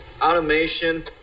Automation